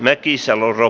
merkissä luru